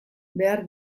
behar